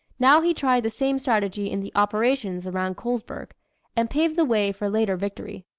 now he tried the same strategy in the operations around colesburg and paved the way for later victory.